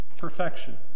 perfection